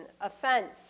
offense